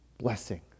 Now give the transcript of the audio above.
blessing